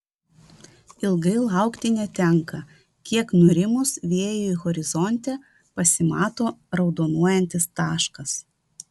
ilgai laukti netenka kiek nurimus vėjui horizonte pasimato raudonuojantis taškas